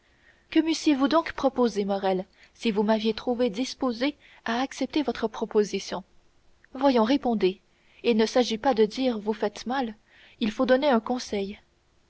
meussiez vous donc proposé morrel si vous m'aviez trouvée disposée à accepter votre proposition voyons répondez il ne s'agit pas de dire vous faites mal il faut donner un conseil